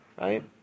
right